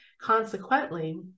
Consequently